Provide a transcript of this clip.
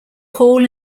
hall